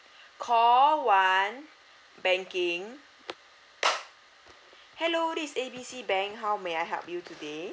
call one banking hello this is A B C bank how may I help you today